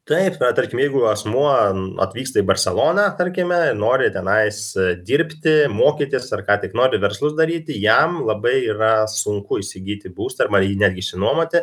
taip na tarkim jeigu asmuo atvyksta į barseloną tarkime ir nori tenais dirbti mokytis ar ką tik nori verslus daryti jam labai yra sunku įsigyti būstą arba jį netgi išsinuomoti